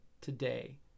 today